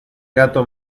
gato